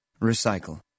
Recycle